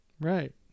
Right